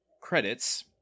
credits